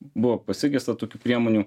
buvo pasigesta tokių priemonių